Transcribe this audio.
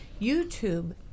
YouTube